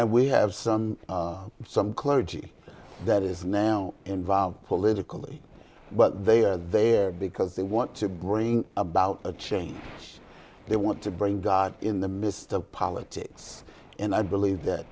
and we have some some clergy that is now involved politically but they are there because they want to bring about a change they want to bring god in the midst of politics and i believe that